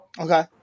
Okay